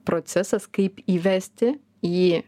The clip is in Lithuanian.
procesas kaip įvesti į